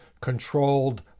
controlled